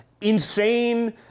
insane